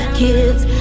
kids